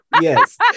Yes